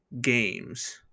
games